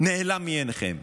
נעלם מעיניכם.